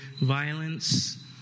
violence